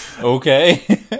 Okay